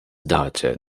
daughter